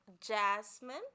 Jasmine